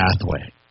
pathway